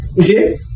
Okay